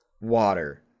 water